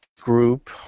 group